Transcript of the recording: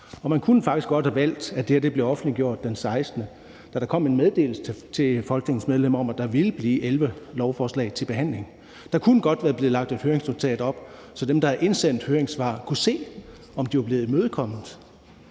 faktisk godt have valgt, at det her blev offentliggjort den 16. december, da der kom en meddelelse til Folketingets medlemmer om, at der ville blive 11 lovforslag til behandling. Der kunne godt være blevet lagt et høringsnotat op, så dem, der har indsendt høringssvar, kunne se, om de var blevet imødekommet.